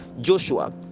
Joshua